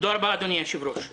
תודה רבה, אדוני היושב-ראש.